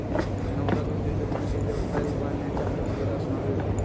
नवजात उद्योजक म्हणजे व्यवसाय उभारण्याच्या प्रक्रियेत असणारो व्यक्ती